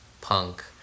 punk